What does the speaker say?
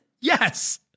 Yes